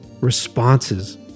responses